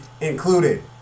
included